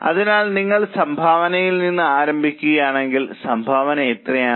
അതിനാൽ നിങ്ങൾ സംഭാവനയിൽ നിന്ന് ആരംഭിക്കുകയാണെങ്കിൽ സംഭാവന എത്രയാണ്